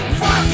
Fuck